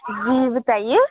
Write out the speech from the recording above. جی بتائیے